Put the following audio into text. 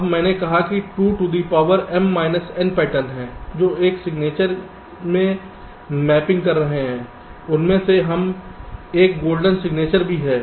अब मैंने कहा कि 2 to the power m minus n pattern हैं जो एक सिग्नेचर में मैपिंग कर रहे हैं उनमें से एक गोल्डन सिग्नेचर भी है